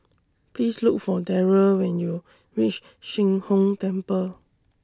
Please Look For Darold when YOU REACH Sheng Hong Temple